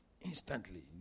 Instantly